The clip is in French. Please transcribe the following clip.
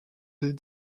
des